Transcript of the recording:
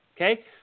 Okay